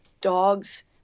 dogs